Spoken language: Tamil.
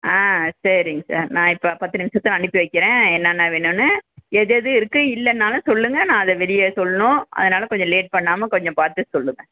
ஆ சரிங்க சார் நான் இப்போ பத்து நிமிஷத்துல அனுப்பி வைக்கிறேன் என்னென்ன வேணும்னு எதெது இருக்குது இல்லைன்னாலும் சொல்லுங்கள் நான் அதை வெளியே சொல்லணும் அதனால் கொஞ்சம் லேட் பண்ணாமல் கொஞ்சம் பார்த்து சொல்லுங்கள்